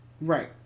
right